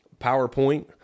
PowerPoint